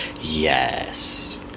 Yes